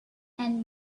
and